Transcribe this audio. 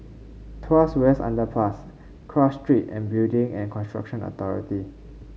Tuas West Underpass Cross Street and Building and Construction Authority